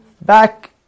back